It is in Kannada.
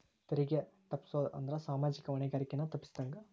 ತೆರಿಗೆ ತಪ್ಪಸೊದ್ ಅಂದ್ರ ಸಾಮಾಜಿಕ ಹೊಣೆಗಾರಿಕೆಯನ್ನ ತಪ್ಪಸಿದಂಗ